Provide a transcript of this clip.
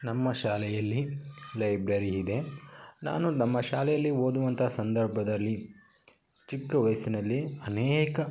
ನಮ್ಮ ಶಾಲೆಯಲ್ಲಿ ಲೈಬ್ರೆರಿ ಇದೆ ನಾನು ನಮ್ಮ ಶಾಲೆಯಲ್ಲಿ ಓದುವಂಥ ಸಂದರ್ಭದಲ್ಲಿ ಚಿಕ್ಕವಯಸ್ಸಿನಲ್ಲಿ ಅನೇಕ